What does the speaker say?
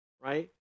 right